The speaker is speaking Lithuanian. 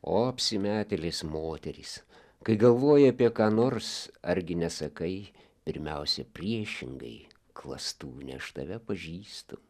o apsimetėlės moterys kai galvoji apie ką nors argi nesakai pirmiausia priešingai klastūne aš tave pažįstu